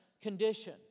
condition